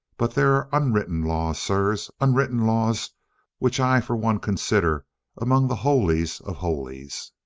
but there are unwritten laws, sirs, unwritten laws which i for one consider among the holies of holies.